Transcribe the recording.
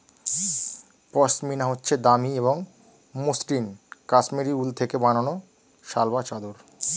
পশমিনা হচ্ছে দামি এবং মসৃন কাশ্মীরি উল থেকে বানানো শাল বা চাদর